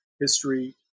history